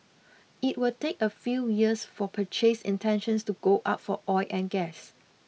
it will take a few years for purchase intentions to go up for oil and gas